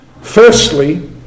firstly